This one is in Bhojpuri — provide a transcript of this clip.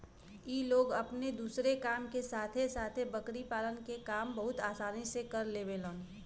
इ लोग अपने दूसरे काम के साथे साथे बकरी पालन के काम बहुते आसानी से कर लेवलन